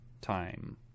time